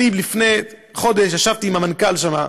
לפני חודש ישבתי עם המנכ"ל שם,